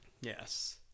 Yes